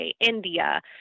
India